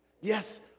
Yes